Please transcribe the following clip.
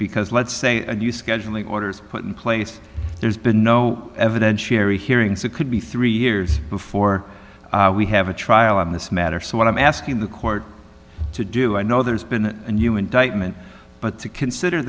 because let's say you scheduling orders put in place there's been no evidentiary hearing so it could be three years before we have a trial on this matter so what i'm asking the court to do i know there's been a new indictment but to consider